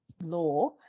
law